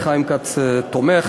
חיים כץ תומך.